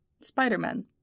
Spider-Man